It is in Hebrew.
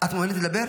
את מעוניינת לדבר?